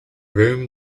room